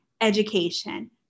education